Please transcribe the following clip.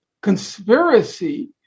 conspiracy